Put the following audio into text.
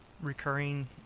recurring